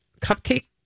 cupcake